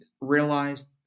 realized